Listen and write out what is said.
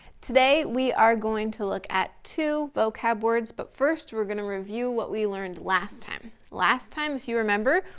today, we are going to look at two vocab words but first, we're gonna review what we learned last time. last time, if you remember,